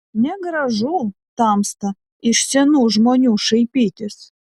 negražu tamsta iš senų žmonių šaipytis